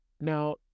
now